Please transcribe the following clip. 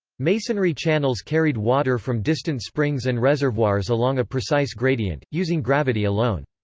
masonry channels carried water from distant springs and reservoirs along a precise gradient, using gravity alone.